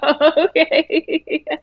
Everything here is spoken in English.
Okay